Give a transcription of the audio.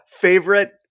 favorite